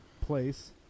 place